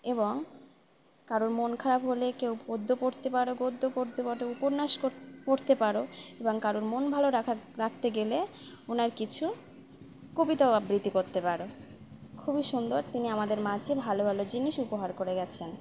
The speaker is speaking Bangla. এবং কারুর মন খারাপ হলে কেউ গদ্য করতে পারো গদ্য করতে পারে উপন্যাস করতে পারো এবং কারুর মন ভালো রাখা রাখতে গেলে ওনার কিছু কবিতা আবৃত্তি করতে পারো খুবই সুন্দর তিনি আমাদের মাঝে ভালো ভালো জিনিস উপহার করে গিয়েছেন